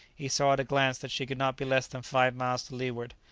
he saw at a glance that she could not be less than five miles to leeward.